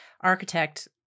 architect